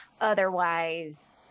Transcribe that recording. otherwise